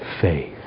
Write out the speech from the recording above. faith